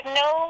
no